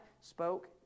spoke